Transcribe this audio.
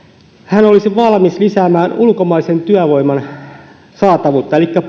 hän olisi valmis lisäämään ulkomaisen työvoiman saatavuutta elikkä